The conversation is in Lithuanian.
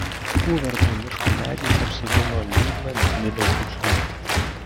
kuvertai miško medžiais apsodino liūdną nidos dykynę